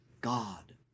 God